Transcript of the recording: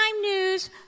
News